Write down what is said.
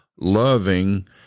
loving